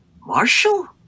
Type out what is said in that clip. Marshall